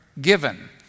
given